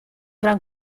gran